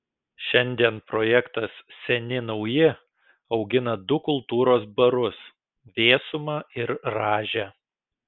šiandien projektas seni nauji augina du kultūros barus vėsumą ir rąžę